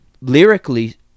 lyrically